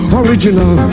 original